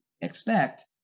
expect